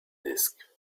disk